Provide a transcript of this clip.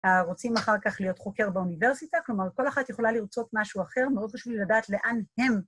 ‫הרוצים אחר כך להיות חוקר באוניברסיטה, ‫כלומר, כל אחת יכולה לרצות משהו אחר, ‫מאוד חשוב לדעת לאן הם.